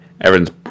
Everyone's